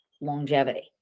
longevity